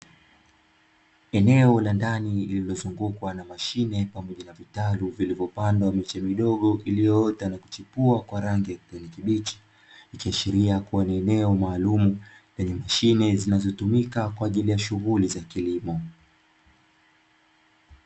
Eneo la ndani lililozungukwa na mashine pamoja na vitalu vilivyopandwa miche midogo iliyoota na kuchipua kwa rangi ya kijani kibichi, ikiashiria ni eneo maalumu lenye mashine zinazotumika kwa ajili ya shughuli za kilimo.